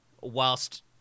whilst